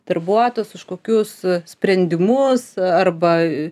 darbuotojas už kokius sprendimus arba